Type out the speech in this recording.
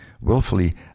Willfully